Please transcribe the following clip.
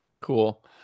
Cool